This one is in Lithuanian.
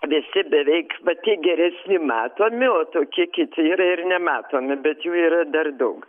visi beveik va tie geresni matomi o tokie kiti yra ir nematomi bet jų yra dar daug